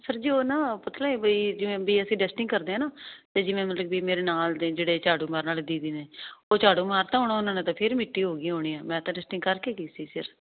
sir ਜੀਓ ਨਾ ਪੁਤਲਾ ਮੇਰੇ ਨਾਲ ਦੇ ਜਿਹੜੇ ਝਾੜੂ ਮਾਰਨ ਵਾਲੇ ਦੀਦੀ ਨੇ ਉਹ ਝਾੜੂ ਮਾਰਤਾ ਹੁਣ ਉਹਨਾਂ ਨੇ ਤਾਂ ਫਿਰ ਮਿੱਟੀ ਹੋ ਗਈ ਹੋਣੀ ਆ ਮੈਂ ਤਾਂ ਡੇਟਿੰਗ ਕਰਕੇ ਗਈ ਸੀ ਸਰ